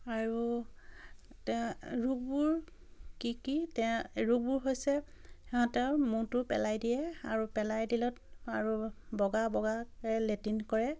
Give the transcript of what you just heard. আৰু তেওঁ ৰোগবোৰ কি কি তেওঁ ৰোগবোৰ হৈছে সিহঁতৰ মূৰটো পেলাই দিয়ে আৰু পেলাই দিলত আৰু বগা বগাকৈ লেট্ৰিন কৰে